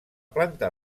planta